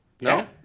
No